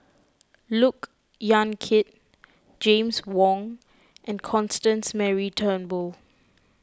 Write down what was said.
Look Yan Kit James Wong and Constance Mary Turnbull